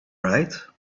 right